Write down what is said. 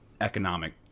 economic